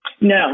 No